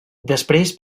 després